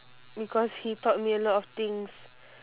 because he taught me a lot of things